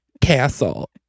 castle